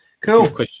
cool